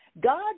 God